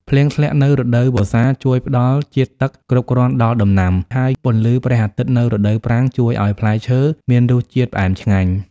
ភ្លៀងធ្លាក់នៅរដូវវស្សាជួយផ្តល់ជាតិទឹកគ្រប់គ្រាន់ដល់ដំណាំ ហើយពន្លឺព្រះអាទិត្យនៅរដូវប្រាំងជួយឲ្យផ្លែឈើមានរសជាតិផ្អែមឆ្ងាញ់។